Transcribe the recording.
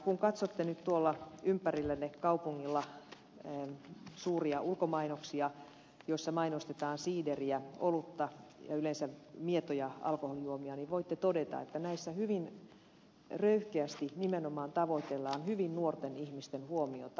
kun katsotte nyt tuolla ympärillänne kaupungilla suuria ulkomainoksia joissa mainostetaan siideriä olutta ja yleensä mietoja alkoholijuomia niin voitte todeta että näissä hyvin röyhkeästi nimenomaan tavoitellaan hyvin nuorten ihmisten huomiota